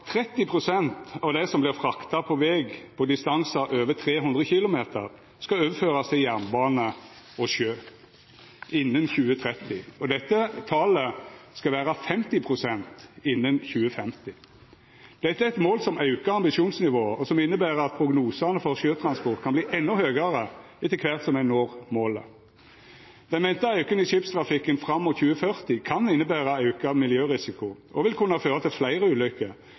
av det som vert frakta på veg på distansar over 300 km, skal overførast til jernbane og sjø innan 2030, og at dette talet skal vera 50 pst. innan 2050. Dette er eit mål som aukar ambisjonsnivået, og som inneber at prognosane for sjøtransport kan verta endå høgare etter kvart som ein når målet. Den venta auken i skipstrafikken fram mot 2040 kan innebera auka miljørisiko og vil kunna føra til fleire